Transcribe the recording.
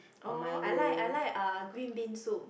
oh I like I like uh green bean soup